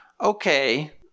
Okay